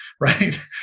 Right